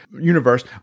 universe